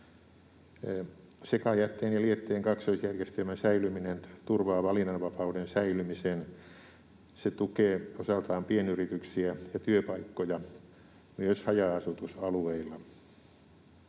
Sekajätteen ja lietteen kaksoisjärjestelmän säilyminen turvaa valinnanvapauden säilymisen. Se tukee osaltaan pienyrityksiä ja työpaikkoja myös haja-asutusalueilla.